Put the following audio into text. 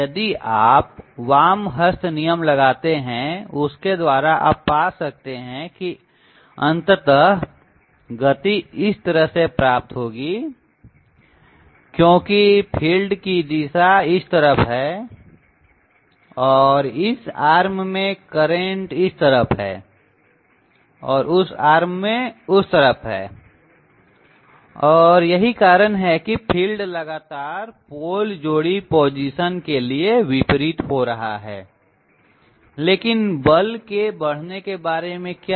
यदि आप वाम हस्त नियम लगाते हैं उसके द्वारा आप पा सकते हैं कि अंततः गति इस तरह से प्राप्त होगी आर्मेचर का घूमाव क्योंकि फील्ड की दिशा इस तरफ है आर्मेचर के पार और इस आर्म में करंट इस तरफ है रेडियली इन कहा जाए और उस आर्म में उस तरफ है रेडियली आउट और यही कारण है कि फील्ड लगातार पोल जोड़ी पोजीशन के लिए विपरीत हो रहा है लेकिन बल के बढ़ने के बारे में क्या